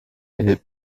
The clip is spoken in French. est